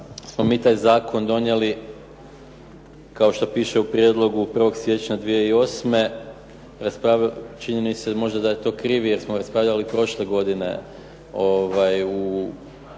smo mi taj zakon donijeli kao što piše u prijedlogu 1. siječnja 2008. čini mi se možda da je to krivi jer smo raspravljali prošle godine u